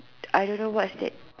I don't know what's that